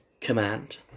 command